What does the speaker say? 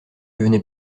venais